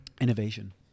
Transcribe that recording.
innovation